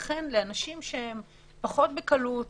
לכן לאנשים שפחות בקלות